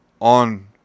on